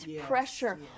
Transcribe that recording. pressure